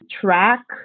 track